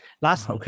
Last